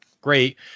Great